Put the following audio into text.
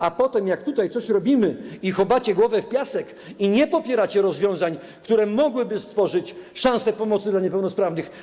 A potem, jak tutaj coś robimy, chowacie głowę w piasek i nie popieracie rozwiązań, które mogłyby stworzyć szansę pomocy dla niepełnosprawnych.